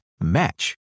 match